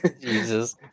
Jesus